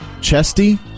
chesty